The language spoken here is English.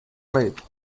late